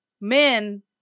men